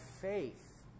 faith